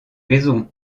raison